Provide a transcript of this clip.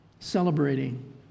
Celebrating